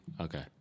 okay